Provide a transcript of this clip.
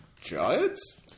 giants